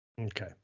Okay